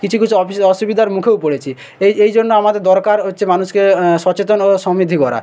কিছু কিছু অসুবিধার মুখেও পড়েছি এই এই জন্য আমাদের দরকার হচ্ছে মানুষকে সচেতন ও সমৃদ্ধি করা